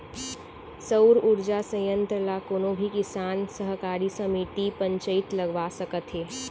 सउर उरजा संयत्र ल कोनो भी किसान, सहकारी समिति, पंचईत लगवा सकत हे